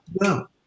No